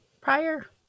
prior